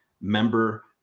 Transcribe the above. member